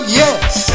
yes